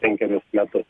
penkerius metus